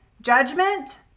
Judgment